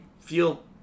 feel